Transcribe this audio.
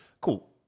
cool